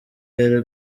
yari